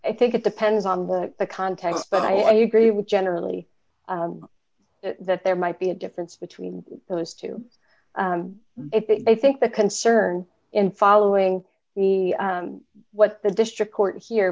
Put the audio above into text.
i think it depends on the context but i agree with generally that there might be a difference between those two if they think the concern in following the what the district court here